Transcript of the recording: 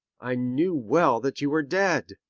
i knew well that you were dead.